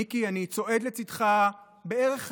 מיקי, אני צועד לצידך בערך עשור.